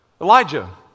Elijah